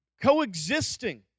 coexisting